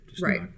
Right